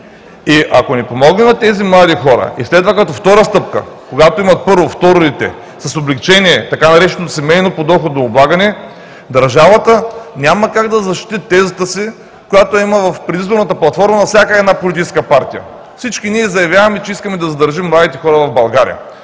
Ако не помогнем на тези млади хора и след това като втора стъпка, когато имат първо, второ дете с облекчение, така нареченото семейно подоходно облагане, държавата няма как да защити тезата си, която я има в предизборната платформа на всяка една политическа партия. Всички ние заявяваме, че искаме да задържим младите хора в България,